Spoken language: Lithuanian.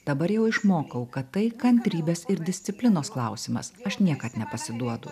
dabar jau išmokau kad tai kantrybės ir disciplinos klausimas aš niekad nepasiduodu